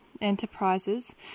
enterprises